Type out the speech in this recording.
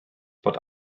bod